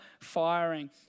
firing